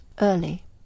early